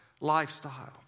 lifestyle